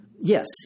yes